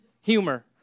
humor